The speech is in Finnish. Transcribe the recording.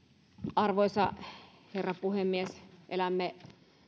arvoisa herra puhemies elämme